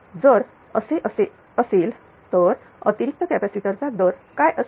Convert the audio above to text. जर असे असेल तर अतिरिक्त कॅपॅसिटर चा दर काय असेल